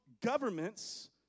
governments